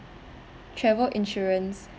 travel insurance